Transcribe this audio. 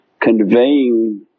conveying